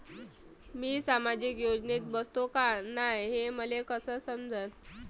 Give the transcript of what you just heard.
मी सामाजिक योजनेत बसतो का नाय, हे मले कस समजन?